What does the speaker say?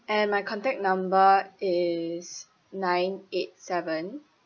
and my contact number is nine eight seven